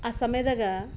ಆ ಸಮಯದಾಗ